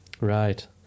right